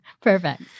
Perfect